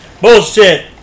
Bullshit